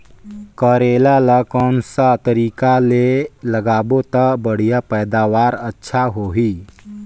करेला ला कोन सा तरीका ले लगाबो ता बढ़िया पैदावार अच्छा होही?